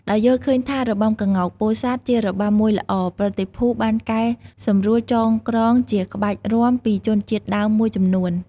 ដោយយល់ឃើញថា របាំក្ងោកពោធិ៍សាត់ជារបាំមួយល្អ ប្រតិភូបានកែសម្រួលចងក្រងជាក្បាច់រាំពីជនជាតិដើមមួយចំនួន។